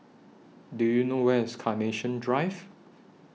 Do YOU know Where IS Carnation Drive